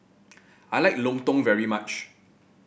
I like lontong very much